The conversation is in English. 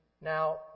Now